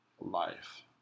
life